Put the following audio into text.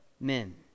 men